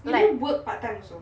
do they work part time also